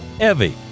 Evie